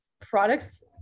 Products